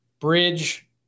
bridge